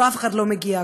אף אחד לא מגיע.